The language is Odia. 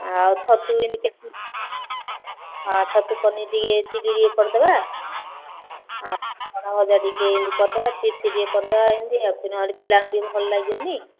ଆଉ ଛତୁ ହଁ ଛତୁ ପନିର୍ ଟିକେ ଚିଲି ଟିକେ କରିଦେବା ଆଉ କ'ଣ ଭଜା ଟିକେ ଏମିତି କରିଦେବା ଚିପ୍ସ ଟିକେ କରିଦେବା ଏମିତି ଆଉ ନହେଲେ ପିଲାମାନଙ୍କୁ ଟି'କେ ଭଲ ଲାଗିବନି